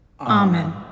Amen